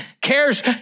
cares